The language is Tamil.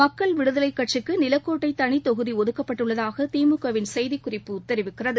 மக்கள் விடுதலைகட்சிக்குநிலக்கோட்டைதளித் தொகுதிஒதுக்கப்பட்டுள்ளதாகதிமுகசெய்திக் குறிப்பு தெரிவிக்கிறது